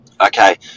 Okay